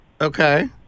Okay